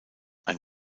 ein